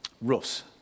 Russ